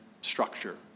structure